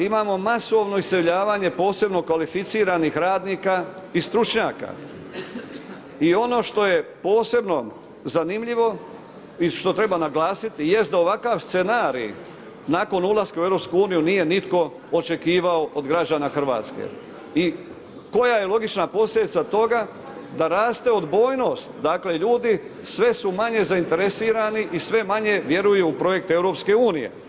Imamo masovno iseljavanje, posebno kvalificiranih radnika i stručnjaka i ono što je posebno zanimljivo i što treba naglasiti jest da ovakav scenarij nakon ulaska u EU nije nitko očekivao od građana RH i koja je logična posljedica toga da raste odbojnost dakle, ljudi sve su manje zainteresirani i sve manje vjeruju u projekt EU.